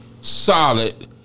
solid